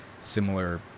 similar